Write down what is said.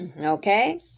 Okay